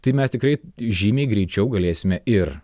tai mes tikrai žymiai greičiau galėsime ir